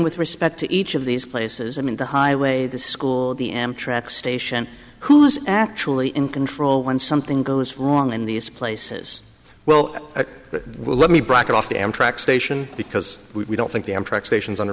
with respect to each of these places i mean the highway the school the amtrak station who's actually in control when something goes wrong in these places well that will let me back off the amtrak station because we don't think the amtrak stations on